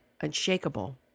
unshakable